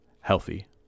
healthy